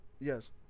yes